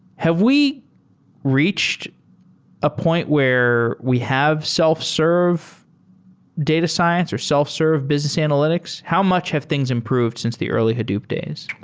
have we reached a point where we have self-serve data science or self-serve business analytics? how much have things improved since the early hadoop days?